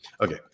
Okay